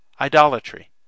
Idolatry